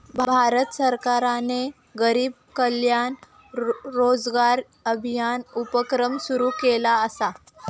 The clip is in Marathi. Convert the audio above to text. भारत सरकारने गरीब कल्याण रोजगार अभियान उपक्रम सुरू केला असा